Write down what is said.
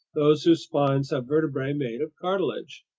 those whose spines have vertebrae made of cartilage.